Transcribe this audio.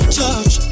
touch